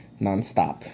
nonstop